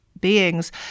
beings